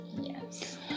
Yes